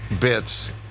Bits